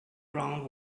ground